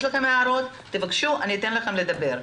אם יש לכם הערות תבקשו ואתן לכם לדבר.